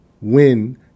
win